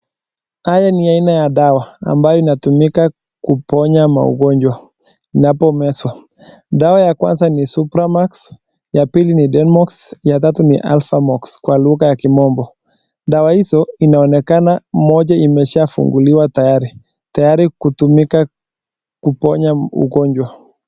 Haya ni aina ya dawa ambayo inatumika kuponya magonjwa inapomezwa. Dawa ya kwanza ni supramax, ya pili ni denmox, ya tatu ni alphamox kwa lugha ya kimombo. Dawa hizo inaonekana moja imeshafunguliwa tayari. Tayari kutumika kuponya mtu ugonjwa.